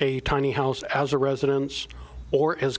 a tiny house as a residence or as